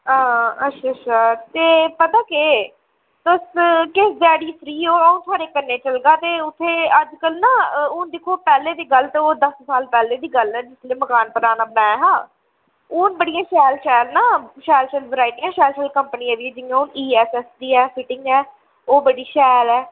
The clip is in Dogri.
हां अच्छा अच्छा ते पता केह् तुस किस ध्याड़ी फ्री ओ अ'ऊं थुआढ़े कन्नै चलगा ते उत्थै अजकल ना हून दिक्खो पैह्लें दी गल्ल ते ओह् दस्स साल पैह्लें दी गल्ल ऐ जिसलै मकान पराना बनाया हा हून बड़ियां शैल शैल ना शैल शैल वैराइटियां शैल शैल कंपनियें दियां जि'यां हून ईऐस्सऐस्सबी ऐ दी फिटिंग ऐ ओह् बड़ी शैल ऐ